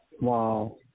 Wow